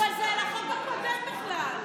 אבל זה על החוק הקודם בכלל.